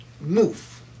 move